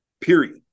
period